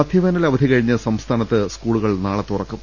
മധ്യവേനൽ അവധി കഴിഞ്ഞ് സംസ്ഥാനത്ത് സ്കൂളു കൾ നാളെ തുറക്കും